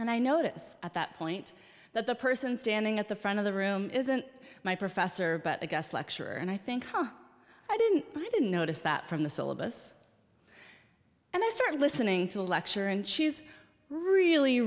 and i notice at that point that the person standing at the front of the room isn't my professor but a guest lecturer and i think i didn't i didn't notice that from the syllabus and i started listening to a lecture and she's really